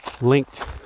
linked